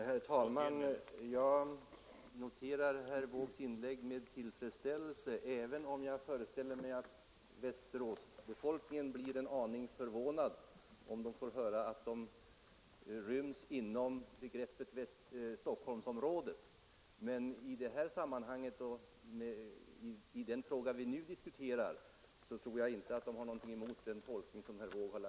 Herr talman! Jag föreställer mig att västeråsarna inte blir alltför förvånade om de får höra att de har samma restid till Stockholm som vaxholmsborna.